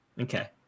Okay